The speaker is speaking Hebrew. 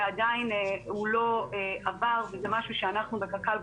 ועדיין הוא לא עבר וזה משהו שאנחנו בקק"ל,